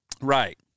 Right